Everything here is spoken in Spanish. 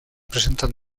presentan